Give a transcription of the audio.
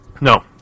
no